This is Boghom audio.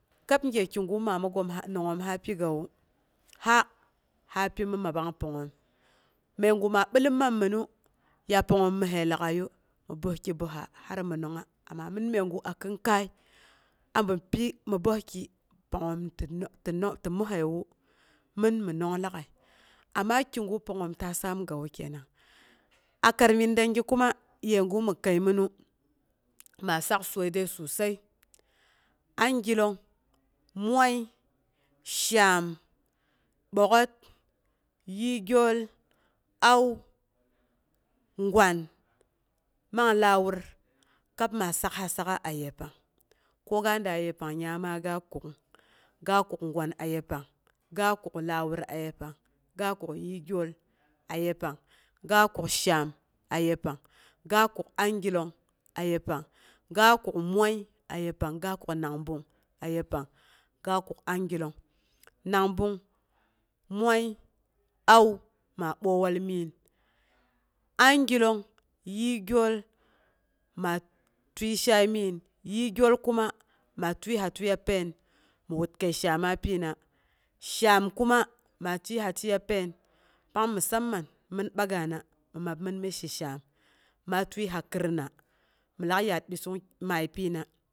Kab gye kigu mana goom nangngoom ha pigawu, ha hapo mi mabang pangngoom məigu ma bilom man minu, ya pangngoom məsse lag'aiyu mi bəski bəssa har mi nongnga ama min məigu a kinkai a mi pi mi bəski pangngoom tɨ məssewu min mi nong lag'ai amma kigu pangngoom ta saamgawu kenang. A karamin dengi kuma yegu mi kəiminu, maa saksoii dəi susai, angillong movai, shaam ɓəok'ət, yii gyol, au, gwan man lawur kab ma sakha sak'a a yepang. ko ga daa yepang nyingnyama ga kuk'ung, ga kuk gwan a yepang, ga kuk lawur a yepang, ga kuk yiigyol a yepang, ga kuk shaam ayepang, ga kuk angillong ayepang, ga kuk mwai a yepang yepang ga kuk nang ɓang ayepang, nangbung mwai, au, ma boi wal miin. Angillong, yii gyol, maa tiei shaai miin. Yii gyol kuma ma tieiha tieiya pain. Mi wat kəi shaamma pyina. Shaam kuma ma tiəiha tieiya pain. Pang musamman min bagana, mi mabmin mi shi shaan maa tieiha kirna, min lak yaar ɓissungmai pyina